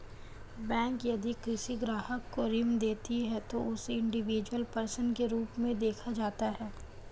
bank यदि किसी ग्राहक को ऋण देती है तो उसे इंडिविजुअल पर्सन के रूप में देखा जाता है